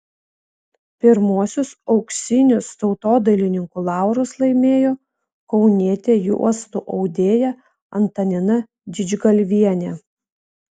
pirmuosius auksinius tautodailininkų laurus laimėjo kaunietė juostų audėja antanina didžgalvienė